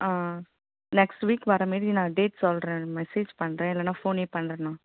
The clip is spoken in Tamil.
ஆ நெக்ஸ்ட் வீக் வரமாரி நான் டேட் சொல்கிறேன் மெசேஜ் பண்ணுறேன் இல்லைனா ஃபோனே பண்ணுறேன்ணா